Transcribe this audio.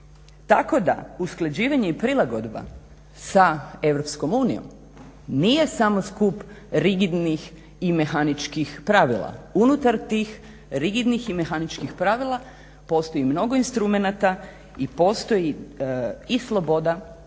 Tako da usklađivanje i prilagodba sa Europskom unijom nije samo skup rigidnih i mehaničkih pravila, unutar tih rigidnih i mehaničkih pravila postoji mnogo instrumenata i postoji i sloboda